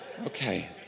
okay